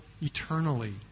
eternally